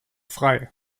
frei